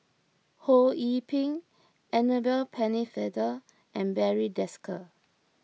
Ho Yee Ping Annabel Pennefather and Barry Desker